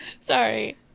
Sorry